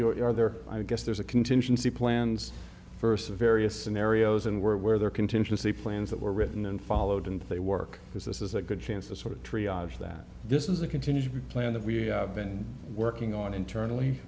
you are there i guess there's a contingency plans first of various scenarios and we're aware there are contingency plans that were written and followed and they work because this is a good chance to sort of that this is a continued plan that we have been working on internally